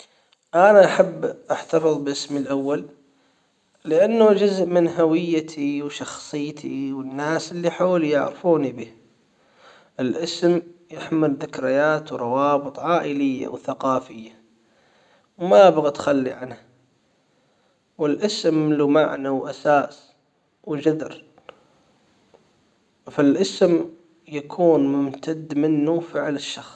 انا احب احتفظ باسمي الاول. لانه جزء من هويتي وشخصيتي والناس اللي حولي يعرفوني به. الاسم يحمل ذكريات وروابط عائلية وثقافية. وما ابغى تخلي عنه. والاسم له معنى و اساس وجذر. فالاسم يكون ممتد منه فعل الشخص